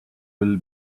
will